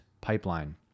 pipeline